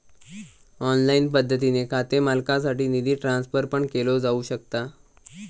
online पद्धतीने खाते मालकासाठी निधी ट्रान्सफर पण केलो जाऊ शकता